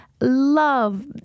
love